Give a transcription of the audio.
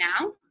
now